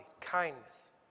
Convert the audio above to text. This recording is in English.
kindness